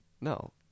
No